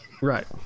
Right